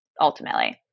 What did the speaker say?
ultimately